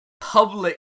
public